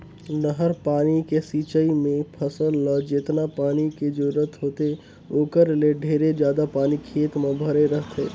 नहर पानी के सिंचई मे फसल ल जेतना पानी के जरूरत होथे ओखर ले ढेरे जादा पानी खेत म भरे रहथे